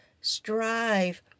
strive